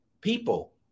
people